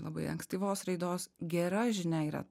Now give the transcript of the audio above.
labai ankstyvos raidos gera žinia yra